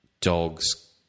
dogs